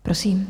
Prosím.